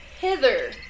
Hither